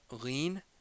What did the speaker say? lean